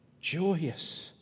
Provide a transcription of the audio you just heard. joyous